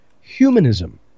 humanism